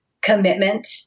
commitment